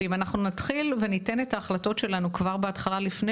אם אנחנו נתחיל וניתן את ההחלטות שלנו כבר בהתחלה לפני